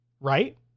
right